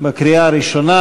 בקריאה הראשונה,